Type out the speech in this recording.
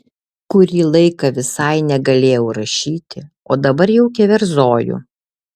kurį laiką visai negalėjau rašyti o dabar jau keverzoju